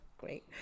Great